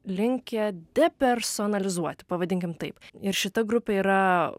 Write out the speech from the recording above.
linkę depersonalizuoti pavadinkim taip ir šita grupė yra